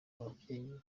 ababyeyi